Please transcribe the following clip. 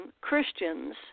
Christians